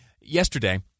Yesterday